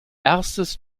erstes